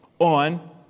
on